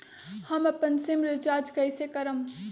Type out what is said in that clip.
हम अपन sim recharge कइसे करम?